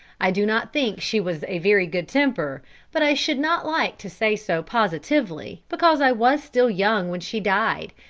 i do not think she was a very good temper but i should not like to say so positively, because i was still young when she died,